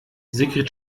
sigrid